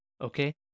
okay